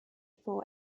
for